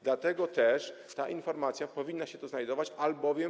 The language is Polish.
Dlatego też ta informacja powinni się tu znajdować, albowiem.